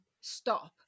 stop